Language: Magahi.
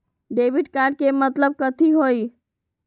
डेबिट कार्ड के मतलब कथी होई?